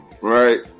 right